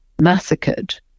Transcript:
massacred